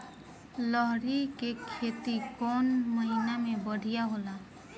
लहरी के खेती कौन महीना में बढ़िया होला?